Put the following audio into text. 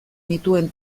nituen